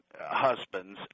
husbands